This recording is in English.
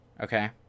okay